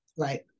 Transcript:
Right